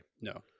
no